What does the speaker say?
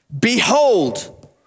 behold